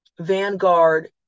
Vanguard